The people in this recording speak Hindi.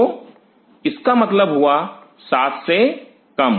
तो इसका मतलब हुआ 7 से कम